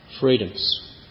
freedoms